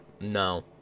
No